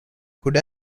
could